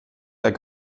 der